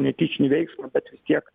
netyčinį veiksmą bet vis tiek